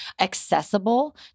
accessible